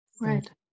right